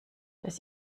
dass